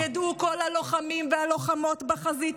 שידעו כל הלוחמים והלוחמות בחזית,